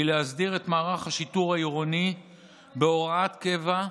היא להסדיר את מערך השיטור העירוני בהוראת קבע,